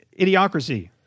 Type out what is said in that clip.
Idiocracy